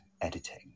editing